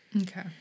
Okay